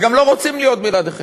וגם לא רוצים להיות בלעדיכם.